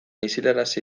isilarazi